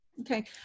Okay